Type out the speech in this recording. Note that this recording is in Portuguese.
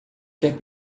quer